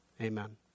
Amen